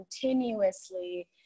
continuously